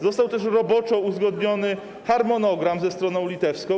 Został też roboczo uzgodniony harmonogram ze stroną litewską.